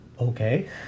okay